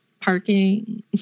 parking